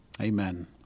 amen